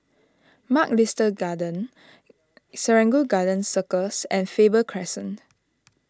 Mugliston Gardens Serangoon Garden Circus and Faber Crescent